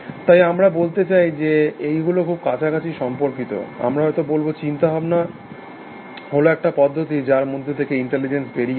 তাই আমরা বলতে চাই যে এইগুলো খুব কাছাকাছি সম্পর্কিত আমরা হয়ত বলব চিন্তাভাবনা হল একটা পদ্ধতি যার মধ্যে থেকে ইন্টেলিজেন্স বেরিয়ে আসে